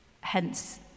Hence